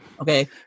Okay